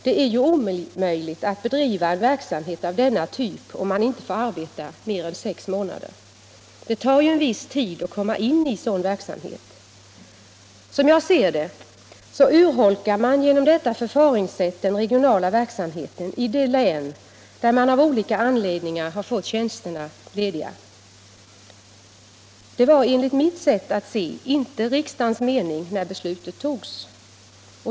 Det är ju omöjligt att bedriva en verksamhet av denna typ om man inte får arbeta mer än sex månader. Det tar en viss tid att komma in i en sådan verksamhet. Som jag ser det så urholkar man genom detta förfaringssätt den regionala verksamheten i de län där man av olika anledningar får tjänster lediga. Det var enligt mitt sätt att se inte riksdagens mening när beslutet togs.